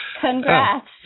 congrats